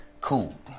Cool